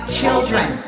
children